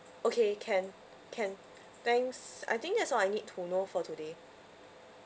okay can can thanks I think that's all I need to know for today